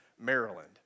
Maryland